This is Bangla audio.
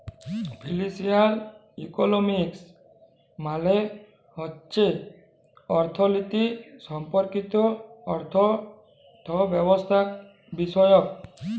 ফিলালসিয়াল ইকলমিক্স মালে হছে অথ্থলিতি সম্পর্কিত অথ্থব্যবস্থাবিষয়ক